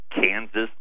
Kansas